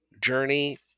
journey